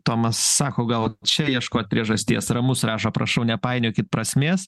tomas sako gal čia ieškot priežasties ramus rašo prašau nepainiokit prasmės